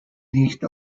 nicht